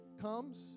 comes